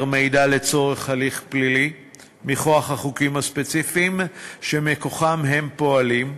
מידע לצורך הליך פלילי מכוח החוקים הספציפיים שמכוחם הם פועלים,